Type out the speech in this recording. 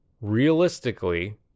realistically